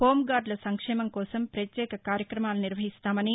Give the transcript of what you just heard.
హోంగార్దుల సంక్షేమం కోసం ప్రత్యేక కార్యక్రమాలు నిర్వహిస్తామని